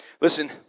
Listen